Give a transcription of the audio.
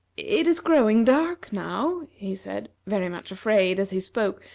it is growing dark, now, he said, very much afraid, as he spoke,